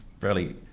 fairly